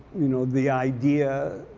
you know, the idea.